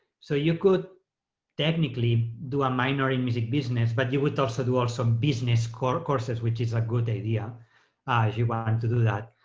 so you could technically do a minor in music business but you would also do also business courses courses which is a good idea if you want to do that